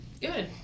Good